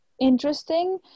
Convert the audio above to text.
interesting